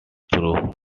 through